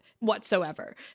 whatsoever